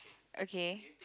okay